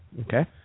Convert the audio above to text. Okay